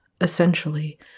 Essentially